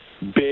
big